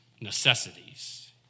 necessities